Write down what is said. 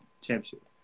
championship